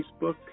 Facebook